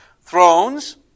Thrones